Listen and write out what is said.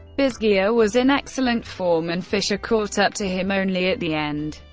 bisguier was in excellent form, and fischer caught up to him only at the end.